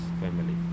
family